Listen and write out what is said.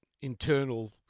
internal